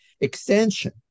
extension